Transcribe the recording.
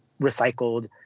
recycled